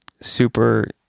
super